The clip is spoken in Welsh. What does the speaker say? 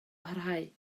parhau